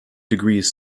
degrees